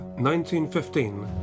1915